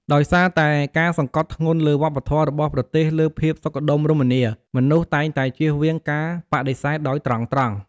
ដោយសារតែការសង្កត់ធ្ងន់លើវប្បធម៌របស់ប្រទេសលើភាពសុខដុមរមនា មនុស្សតែងតែជៀសវាងការបដិសេធដោយត្រង់ៗ។